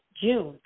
June